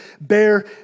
bear